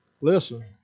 Listen